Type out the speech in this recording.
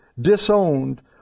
disowned